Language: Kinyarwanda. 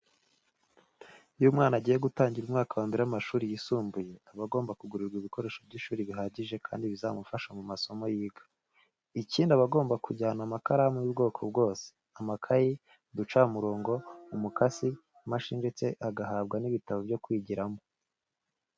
Iyo umwana agiye gutangira umwaka wa mbere w'amashuri yisumbuye, aba agomba kugurirwa ibikoresho by'ishuri bihagije kandi bizamufasha mu masomo yiga. Ikindi aba agomba kujyana amakaramu y'ubwoko bwose, amakayi, uducamurongo, umukasi, imashini ndetse agahabwa n'ibitabo byo kwigiramo.